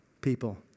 people